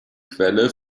quelle